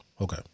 Okay